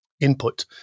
input